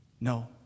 No